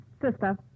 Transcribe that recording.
Sister